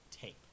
tape